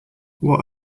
what